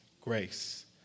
grace